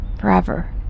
Forever